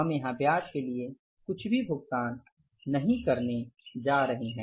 हम यहाँ ब्याज के लिए कुछ भी भुगतान नहीं करने जा रहे हैं